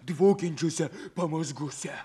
dvokiančiose pamazgose